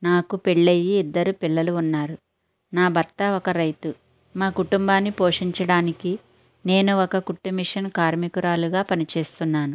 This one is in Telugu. నాకు పెళ్ళై ఇద్దరు పిల్లలు ఉన్నారు నా భర్త ఒక రైతు మా కుటుంబాన్ని పోషించడానికి నేను ఒక కుట్టు మిషన్ కార్మికురాలిగా పనిచేస్తున్నాను